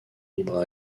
libre